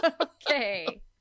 Okay